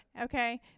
okay